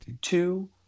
two